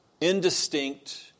indistinct